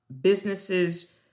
businesses